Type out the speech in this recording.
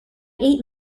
eight